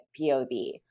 POV